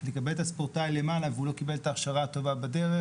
לקבל את הספורטאי למעלה והוא לא קיבל את ההכשרה הטובה בדרך